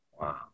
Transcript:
Wow